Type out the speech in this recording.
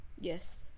Yes